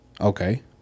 Okay